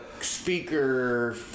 speaker